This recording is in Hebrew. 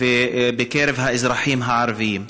ובקרב האזרחים הערבים.